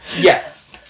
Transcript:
Yes